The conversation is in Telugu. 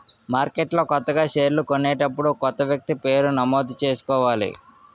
మార్కెట్లో కొత్తగా షేర్లు కొనేటప్పుడు కొత్త వ్యక్తి పేరు నమోదు చేసుకోవాలి